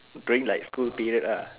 during like school period uh